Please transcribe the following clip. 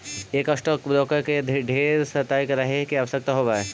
एक stock broker के ढेर सतर्क रहे के आवश्यकता होब हई